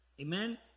amen